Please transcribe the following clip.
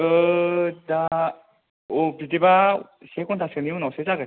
दा औ बिदिबा से घन्टासो नि उनावसो जागोन औ